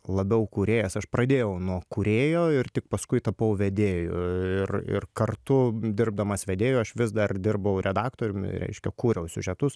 labiau kūrėjas aš pradėjau nuo kūrėjo ir tik paskui tapau vedėju ir ir kartu dirbdamas vedėju aš vis dar dirbau redaktoriumi reiškia kūriau siužetus